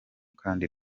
kandi